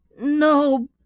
No